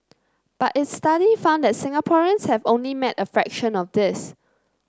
but its study found that Singaporeans have only met a fraction of this